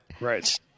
right